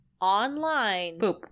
online